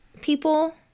people